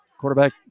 Quarterback